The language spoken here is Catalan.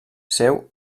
seu